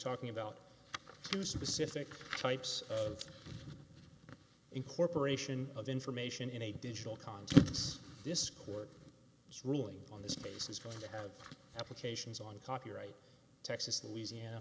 talking about two specific types of incorporation of information in a digital confidence this court ruling on this case is going to have applications on copyright texas louisiana